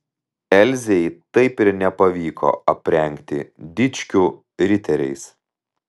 elzei taip ir nepavyko aprengti dičkių riteriais